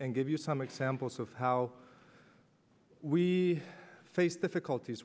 and give you some examples of how we face difficulties